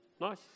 Nice